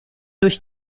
durch